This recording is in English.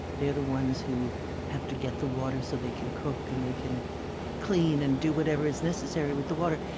they're the ones who have to get the water so they can cook and they can clean and do whatever is necessary with the water.